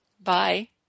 Bye